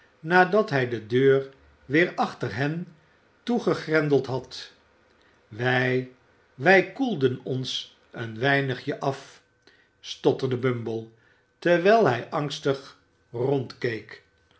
nadat hij de deur weer achter hen toegegrendeid had wij wij koelden ons een weinigje af stotterde bumble terwijl hij angstig